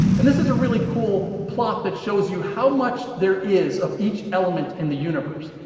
and, this is a really cool plot that shows you how much there is of each element in the universe.